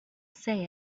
say